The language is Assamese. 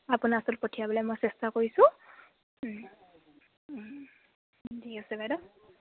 আপোনাৰ ওচৰলে পঠিয়াবলে মই চেষ্টা কৰিছোঁ ঠিক আছে বাইদেউ